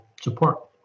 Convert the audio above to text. support